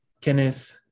Kenneth